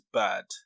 bad